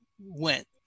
went